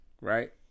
right